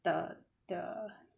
the the